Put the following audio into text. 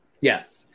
Yes